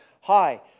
hi